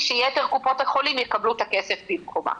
שיתר קופות החולים יקבלו את הכסף במקומה.